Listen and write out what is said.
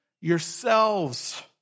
yourselves